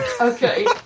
Okay